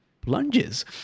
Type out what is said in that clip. plunges